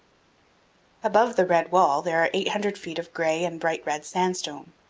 above the red wall there are eight hundred feet of gray and bright red sandstone,